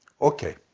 Okay